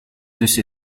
dus